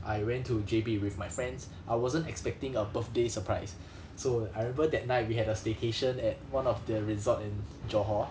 I went to J_B with my friends I wasn't expecting a birthday surprise so I remember that night we had a staycation at one of the resort in johor